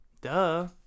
Duh